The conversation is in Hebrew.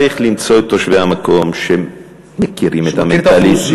צריך למצוא את תושבי המקום שמכירים את המנטליות,